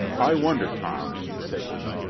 i wonder, tom, said he,